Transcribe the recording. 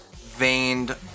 veined